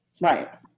Right